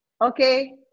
okay